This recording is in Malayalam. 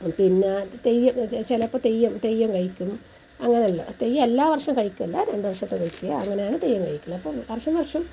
പിന്നെ തെയ്യം ചിലപ്പോൾ തെയ്യം തെയ്യം കഴിക്കും അങ്ങനെയല്ലാ തെയ്യം എല്ലാ വർഷം കഴിക്കില്ല രണ്ടു വർഷത്തിലൊരിക്കേ അങ്ങനെയാണ് തെയ്യം കഴിക്കൽ അപ്പോൾ വർഷം വർഷം